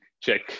check